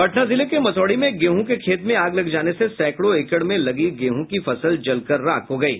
पटना जिले के मसौढ़ी में गेहूं के खेत में आग लग जाने से सैंकड़ों एकड़ में लगी गेहूं की फसल जलकर राख हो गयी